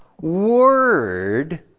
Word